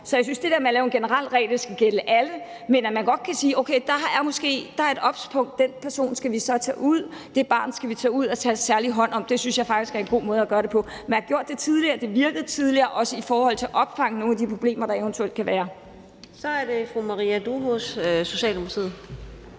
med det med at lave en generel regel, der skal gælde alle, vil jeg sige, at hvis der er en person, et barn, man skal være obs på, kan man godt tage det barn ud og tage særlig hånd om det. Det synes jeg faktisk er en god måde at gøre det på. Man har gjort det tidligere, det virkede tidligere, også i forhold til at opfange nogle af de problemer, der eventuelt kan være.